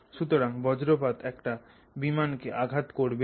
সুতরাং বজ্রপাত একটা বিমান কে আঘাত করবেই